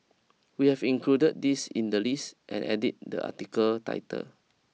we have included this in the list and edited the article title